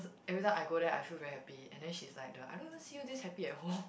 every time I go there I feel very happy and then she's like the I don't even see you this happy at home